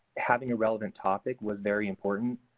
having a relevant topic was very important.